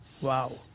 Wow